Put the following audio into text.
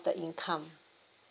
the income